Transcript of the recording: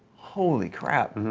holy crap,